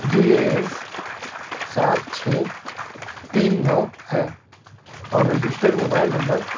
G A S سات چھ تین نو ہے اور رجسٹر موبائل نمبر